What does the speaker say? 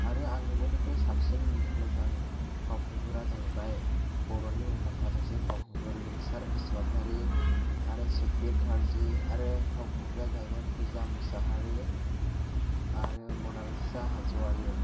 आरो आंनि बयनिख्रुइबो साबसिन मोजां फावखुंगुरा जाहैबाय बर'नि मुंदांखा सासे फावखुंगुर लिंसार बसुमतारि आरो सुखबिर कार्जि आरो फावखुंग्रिया जाहैबाय पुजा मुसाहारि आरो मनालिसा हाज'वारि